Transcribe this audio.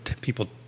people